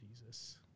Jesus